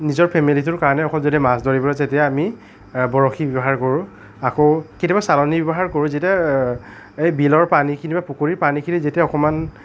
নিজৰ ফেমিলীটোৰ কাৰণে অকল যদি মাছ ধৰিব যায় তেতিয়া আমি বৰশী ব্যৱহাৰ কৰোঁ আকৌ কেতিয়াবা চালনী ব্যৱহাৰ কৰোঁ যেতিয়া বিলৰ পানীখিনি বা পুখুৰীৰ পানীখিনি যেতিয়া অকণমান